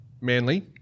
Manly